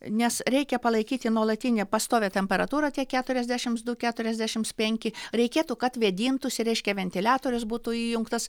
nes reikia palaikyti nuolatinę pastovią temperatūrą tie keturiasdešims du keturiasdešims penki reikėtų kad vėdintųsi reiškia ventiliatorius būtų įjungtas